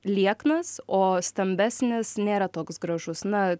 lieknas o stambesnės nėra toks gražus na